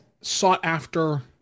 sought-after